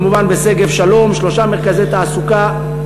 כמובן בשגב-שלום שלושה מרכזי תעסוקה,